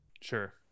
Sure